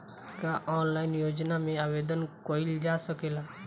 का ऑनलाइन योजना में आवेदन कईल जा सकेला?